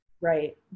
right